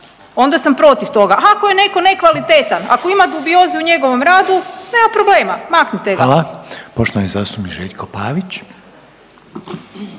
onda sam protiv toga. Ako je netko nekvalitetan, ako ima dubioze u njegovom radu nema problema, maknite ga. **Reiner, Željko (HDZ)** Hvala. Poštovani zastupnik Željko Pavić.